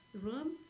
room